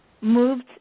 moved